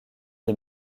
des